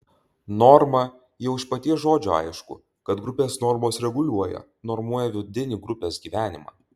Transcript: norma jau iš paties žodžio aišku kad grupės normos reguliuoja normuoja vidinį grupės gyvenimą